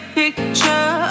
picture